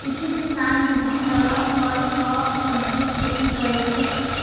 किछु किसान विभिन्न तरहक फल आ सब्जीक खेती करै छै